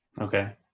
Okay